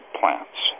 plants